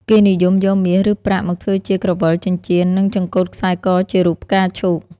គេនិយមយកមាសឬប្រាក់មកធ្វើជាក្រវិល ចិញ្ចៀន និងចង្កូតខ្សែកជារូបផ្កាឈូក។